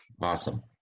Awesome